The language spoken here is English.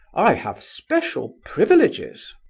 i have special privileges.